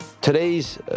Today's